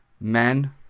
men